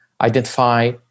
identify